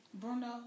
Bruno